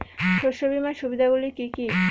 শস্য বিমার সুবিধাগুলি কি কি?